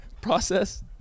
process